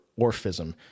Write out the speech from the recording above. Orphism